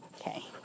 Okay